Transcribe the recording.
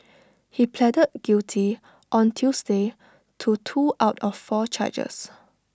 he pleaded guilty on Tuesday to two out of four charges